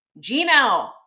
Gmail